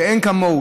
שאין כמוהו,